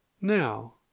Now